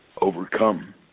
overcome